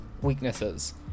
weaknesses